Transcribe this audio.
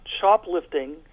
shoplifting